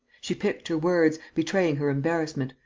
she picked her words, betraying her embarrassment,